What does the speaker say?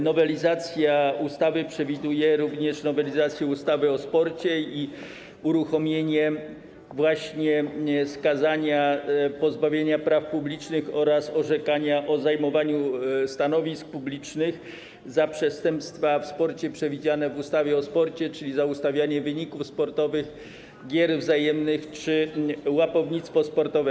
Nowelizacja ustawy przewiduje również nowelizację ustawy o sporcie i uruchomienie pozbawienia praw publicznych oraz orzekania o zajmowaniu stanowisk publicznych za przestępstwa w sporcie przewidziane w ustawie o sporcie, czyli za ustawianie wyników sportowych, gier wzajemnych czy łapownictwo sportowe.